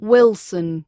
Wilson